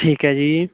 ਠੀਕ ਹੈ ਜੀ